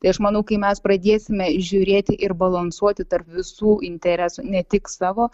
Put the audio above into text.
tai aš manau kai mes pradėsime žiūrėti ir balansuoti tarp visų interesų ne tik savo